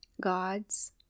Gods